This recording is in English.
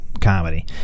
comedy